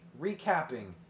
recapping